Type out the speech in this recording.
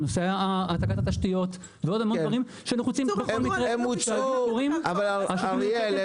העתקת התשתיות שנחוצים בכל מקרה -- הם